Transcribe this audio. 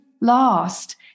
last